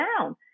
down